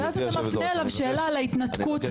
ואז אתה מפנה אליו שאלה על ההתנתקות,